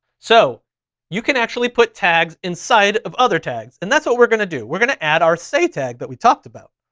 so you can actually put tags inside of other tags, and that's what we're gonna do. we're gonna add our say tag that we talked about.